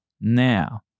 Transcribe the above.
now